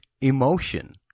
emotion